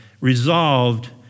Resolved